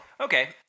okay